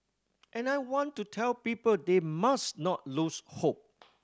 and I want to tell people they must not lose hope